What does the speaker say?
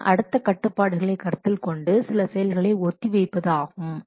இனி அடுத்த கட்டுப்பாடுகளை கருத்தில் கொண்டு சில செயல்களை ஒத்தி வைப்பது ஆகும்